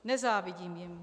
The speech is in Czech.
Nezávidím jim.